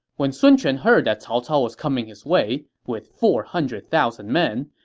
when sun quan heard that cao cao was coming his way with four hundred thousand men,